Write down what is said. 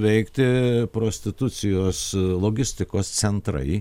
veikti prostitucijos logistikos centrai